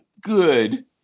good